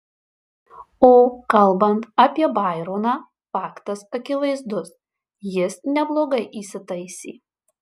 o kalbant apie baironą faktas akivaizdus jis neblogai įsitaisė